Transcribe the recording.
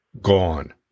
gone